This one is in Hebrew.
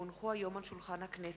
כי הונחה היום על שולחן הכנסת,